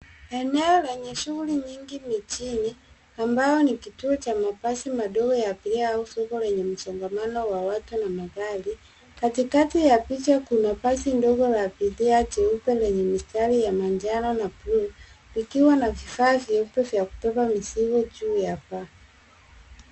Eneo lenye shughuli nyingi mijini, ambayo ni kituo cha mabasi madogo ya abiria au soko lenye msongamano wa watu na magari. Katikati ya picha kuna basi ndogo la abiria jeupe lenye mistari ya manjano na blue , likiwa na vifaa vyeupe vya kubeba mizigo juu ya paa